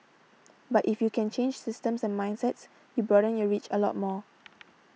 but if you can change systems and mindsets you broaden your reach a lot more